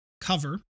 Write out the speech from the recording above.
cover